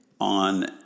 on